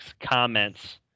comments